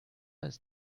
ist